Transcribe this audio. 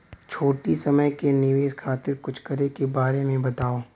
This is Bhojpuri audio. छोटी समय के निवेश खातिर कुछ करे के बारे मे बताव?